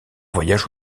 voyage